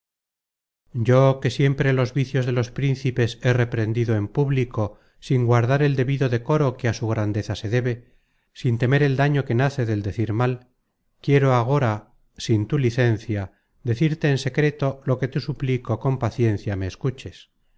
yo que siempre los vicios de los príncipes he reprendido en público sin guardar el debido decoro que á su grandeza se debe sin temer el daño que nace del decir mal quiero agora sin tu licencia decirte en secreto lo que te suplico con paciencia me escuches